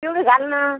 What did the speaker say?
एवढं घाल ना